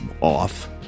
off